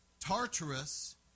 Tartarus